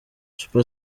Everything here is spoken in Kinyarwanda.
super